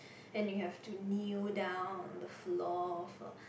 and you have to kneel down on the floor for